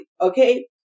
Okay